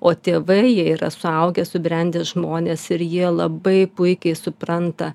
o tėvai jie yra suaugę subrendę žmonės ir jie labai puikiai supranta